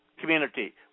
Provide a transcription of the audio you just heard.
community